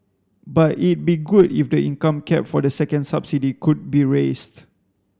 but it'd be good if the income cap for the second subsidy could be raised